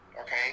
okay